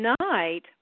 tonight